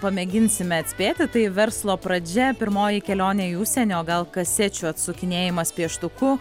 pamėginsime atspėti tai verslo pradžia pirmoji kelionė į užsienį o gal kasečių atsukinėjimas pieštuku